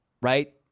right